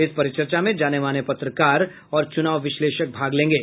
इस परिचर्चा में जाने माने पत्रकार और चुनाव विश्लेषक भाग लेंगे